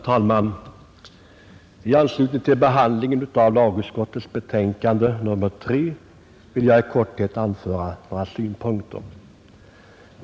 Herr talman! I anslutning till behandlingen av lagutskottets betänkande nr 3 vill jag i korthet anföra några synpunkter.